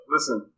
Listen